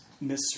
Miss